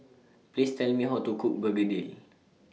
Please Tell Me How to Cook Begedil